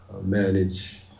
manage